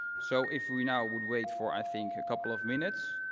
so if we now would wait for, i think, a couple of minutes